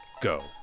Go